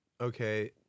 okay